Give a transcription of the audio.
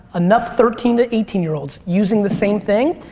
enough thirteen to eighteen year olds using the same thing,